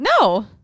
no